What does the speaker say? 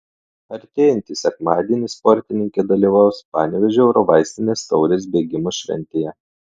artėjantį sekmadienį sportininkė dalyvaus panevėžio eurovaistinės taurės bėgimo šventėje